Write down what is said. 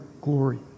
glory